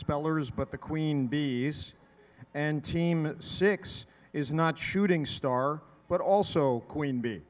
spellers but the queen bees and team six is not shooting star but also queen bee